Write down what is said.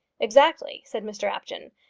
exactly, said mr apjohn.